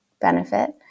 benefit